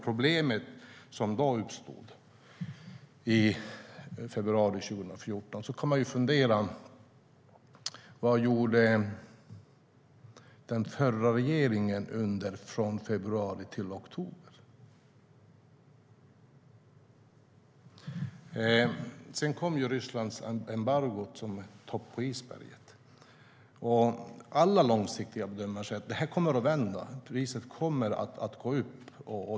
Problemen uppstod i februari 2014. Då kan man fundera på vad den förra regeringen gjorde från februari till oktober. Sedan kom Rysslandsembargot som toppen på isberget. Alla bedömare säger att det kommer att vända på lång sikt, att priset kommer att gå upp.